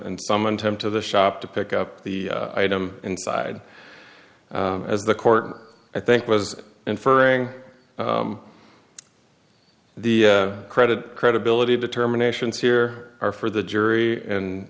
and some one time to the shop to pick up the item inside as the court i think was inferring the credit credibility determinations here are for the jury and